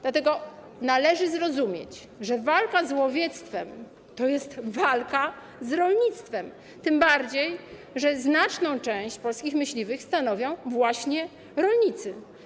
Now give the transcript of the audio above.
Dlatego należy zrozumieć, że walka z łowiectwem to jest walka z rolnictwem, tym bardziej że znaczną część polskich myśliwych stanowią właśnie rolnicy.